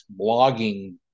blogging